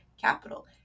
capital